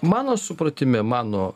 mano supratime mano